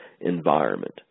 environment